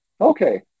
okay